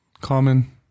common